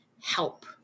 help